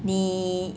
你